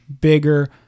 bigger